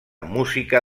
música